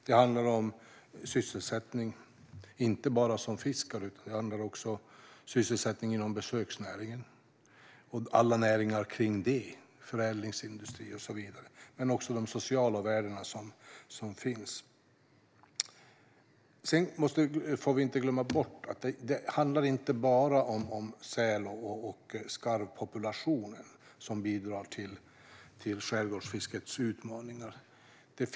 Det handlar om sysselsättning, inte bara för fiskare utan också inom besöksnäringen och alla näringar kring den, till exempel förädlingsindustrin. Denna fråga handlar också om de sociala värden som finns. Vi får inte glömma bort att det inte bara är säl och skarvpopulationen som bidrar till skärgårdsfiskets utmaningar.